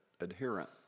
adherent